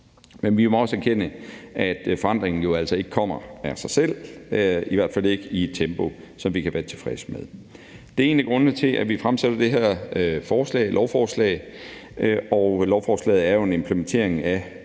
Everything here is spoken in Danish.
Men vi må også erkende, at forandringen jo altså ikke kommer af sig selv, i hvert fald ikke i et tempo, som vi kan være tilfredse med. Det er en af grundene til, at vi fremsætter det her lovforslag, og lovforslaget er jo en implementering af